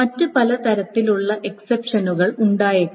മറ്റ് പല തരത്തിലുള്ള എക്സപ്ഷനുകൾ ഉണ്ടായേക്കാം